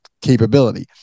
capability